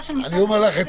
של משרד הבריאות.